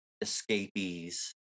escapees